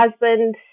husband